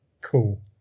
cool